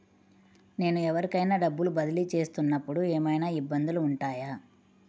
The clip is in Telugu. నేను ఎవరికైనా డబ్బులు బదిలీ చేస్తునపుడు ఏమయినా ఇబ్బందులు వుంటాయా?